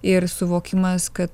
ir suvokimas kad